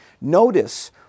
Notice